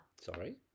Sorry